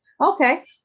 Okay